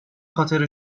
خاطر